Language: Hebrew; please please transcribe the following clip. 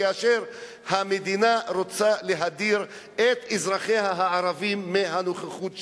כאשר המדינה רוצה להדיר את אזרחיה הערבים מהנוכחות שלהם,